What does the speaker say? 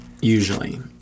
usually